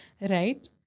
right